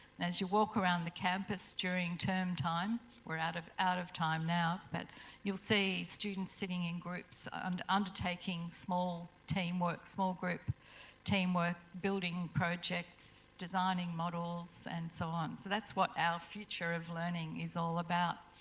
and as you walk around the campus during term time, we're out of out of time now, but you'll see students sitting in groups and undertaking small teamwork, small group teamwork building projects, designing models and so on. so, that's what our future of learning is all about.